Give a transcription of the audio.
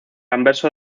anverso